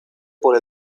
por